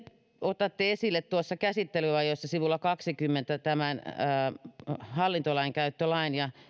otatte esille käsittelyajoissa sivulla kaksikymmentä hallintolainkäyttölain ja